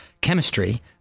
Chemistry